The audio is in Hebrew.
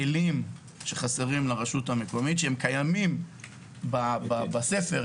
מדובר בכלים שקיימים בספר,